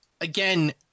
again